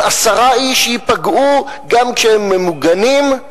אם עשרה איש ייפגעו גם כשהם ממוגנים,